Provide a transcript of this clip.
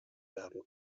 werden